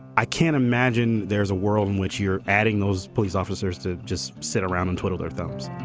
i can't imagine there's a world in which you're adding those police officers to just sit around and twiddle their thumbs